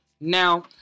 Now